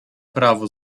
prawo